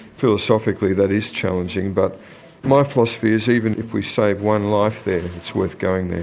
philosophically that is challenging but my philosophy is even if we save one life there it's worth going there.